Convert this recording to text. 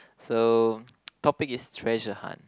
so topic is treasure hunt